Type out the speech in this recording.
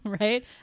Right